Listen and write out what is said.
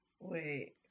Wait